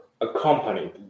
accompanied